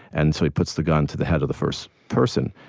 and so he puts the gun to the head of the first person.